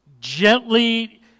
gently